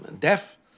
deaf